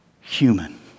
human